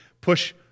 push